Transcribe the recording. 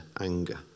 anger